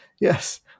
yes